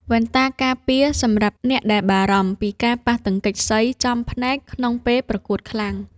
វ៉ែនតាការពារ សម្រាប់អ្នកដែលបារម្ភពីការប៉ះទង្គិចសីចំភ្នែកក្នុងពេលប្រកួតខ្លាំង។